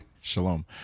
shalom